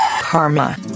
Karma